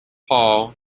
paul